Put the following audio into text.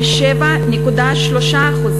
על 7.3%,